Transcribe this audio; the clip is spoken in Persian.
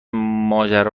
ماجرا